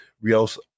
Rios